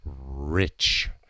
rich